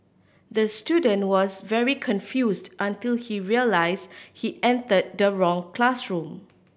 the student was very confused until he realise he enter the wrong classroom